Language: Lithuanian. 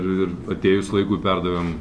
ir atėjus laikui perdavėm